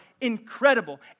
incredible